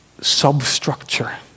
Substructure